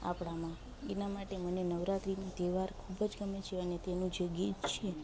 આપણામાં એના માટે મને નવરાત્રીના તહેવાર ખૂબ જ ગમે છે અને તેનું જે ગીત છે